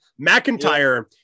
mcintyre